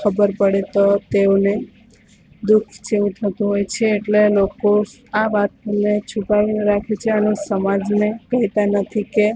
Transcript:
ખબર પડે તો તેઓને દુ ખ જેવુ થતું હોય છે એટલે લોકો આ વાતને છુપાવીને રાખે છે અને સમાજને કહેતા નથી કે